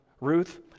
Ruth